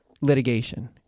litigation